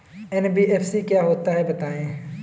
NBFC क्या होता है बताएँ?